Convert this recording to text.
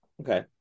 Okay